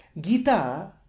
Gita